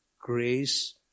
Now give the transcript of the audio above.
grace